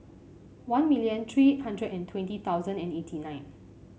one million three hundred and twenty thousand and eighty nine